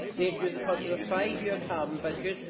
they introduce a concept of five-year carbon budgets,